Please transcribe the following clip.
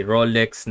Rolex